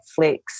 Netflix